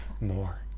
more